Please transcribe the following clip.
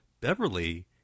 Beverly